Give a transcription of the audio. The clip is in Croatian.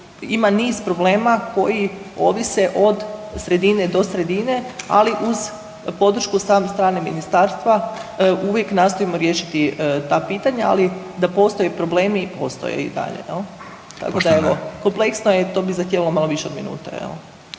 ima niz problema koji ovise od sredine do sredine ali uz podršku od same strane ministarstva uvijek nastojimo riješiti ta pitanja, ali da postoje problemi, postoje i dalje jel, tako da evo kompleksno je i to bi zahtijevalo malo više od minute.